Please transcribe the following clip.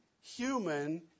human